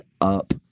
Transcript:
up